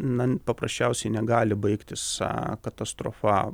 na paprasčiausiai negali baigtis katastrofa